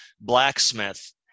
blacksmith